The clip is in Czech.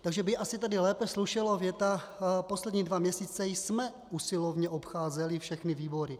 Takže by asi tady lépe slušela věta: Poslední dva měsíce jsme usilovně obcházeli všechny výbory...